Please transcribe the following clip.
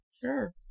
Sure